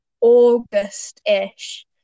August-ish